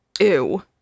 Ew